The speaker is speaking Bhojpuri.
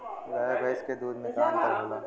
गाय भैंस के दूध में का अन्तर होला?